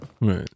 Right